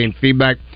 Feedback